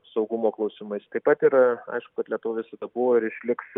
saugumo klausimais taip pat ir aišku kad lietuva visada buvo ir išliks